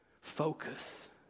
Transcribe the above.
focus